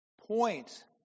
point